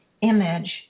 image